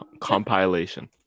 Compilation